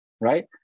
right